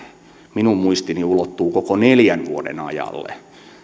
minun muistini ulottuu koko neljän vuoden ajalle